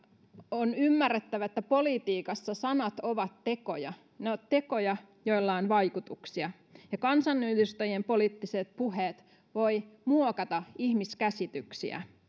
on ymmärrettävä että politiikassa sanat ovat tekoja ne ovat tekoja joilla on vaikutuksia ja kansanedustajien poliittiset puheet voivat muokata ihmiskäsityksiä